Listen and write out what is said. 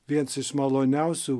viens iš maloniausių